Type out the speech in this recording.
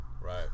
Right